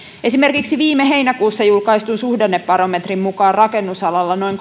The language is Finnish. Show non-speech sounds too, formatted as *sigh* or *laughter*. esimerkiksi viime heinäkuussa julkaistun suhdannebarometrin mukaan rakennusalalla noin *unintelligible*